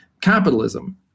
capitalism